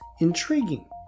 intriguing